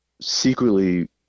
secretly